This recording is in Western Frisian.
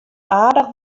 aardich